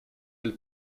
elle